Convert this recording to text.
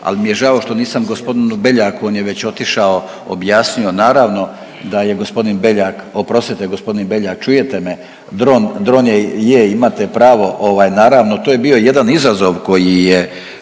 Ali mi je žao što nisam g. Beljaku, on je već otišao, objasnio naravno da je g. Beljak, oprostite g. Beljak, čujete me, dron, dron je, je imate pravo ovaj naravno to je bio jedan izazov koji je